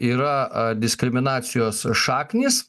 yra a diskriminacijos šaknys